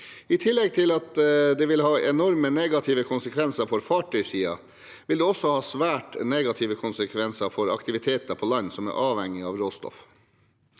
I tillegg til at det vil ha enorme negative konsekvenser for fartøysiden, vil det også ha svært negative konsekvenser for aktiviteter på land som er avhengig av råstoff.